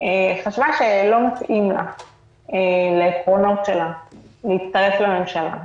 חשבה שלא מתאים לעקרונות שלה להצטרף לממשלה,